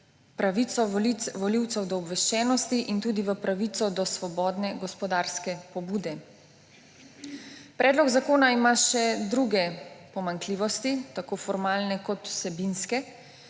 pravico volivcev do obveščenosti in tudi v pravico do svobodne gospodarske pobude. Predlog zakona ima še druge pomanjkljivosti, tako formalne kot vsebinske.